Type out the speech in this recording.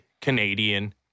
canadian